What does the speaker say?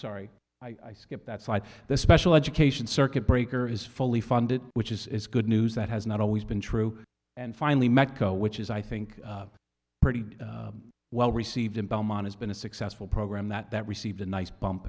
sorry i skipped that's why the special education circuit breaker is fully funded which is good news that has not always been true and finally meco which is i think pretty well received in belmont has been a successful program that that received a nice bump